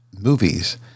movies